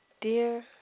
Dear